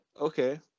Okay